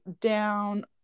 down